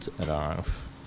arrive